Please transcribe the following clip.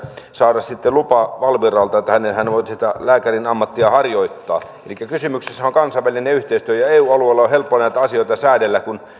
saada lupa valviralta että hän voi sitä lääkärin ammattia harjoittaa elikkä kysymyksessähän on kansainvälinen yhteistyö ja eu alueella on helppo näitä asioita säädellä kun